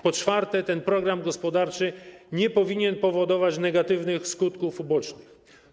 Po czwarte, ten program gospodarczy nie powinien powodować negatywnych skutków ubocznych.